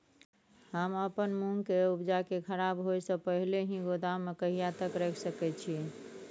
हम अपन मूंग के उपजा के खराब होय से पहिले ही गोदाम में कहिया तक रख सके छी?